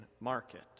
market